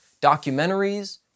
documentaries